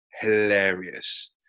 hilarious